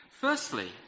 Firstly